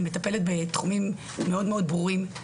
אני מטפלת בתחומים מאוד מאוד ברורים.